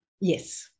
Yes